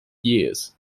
years